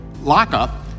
lockup